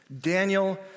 Daniel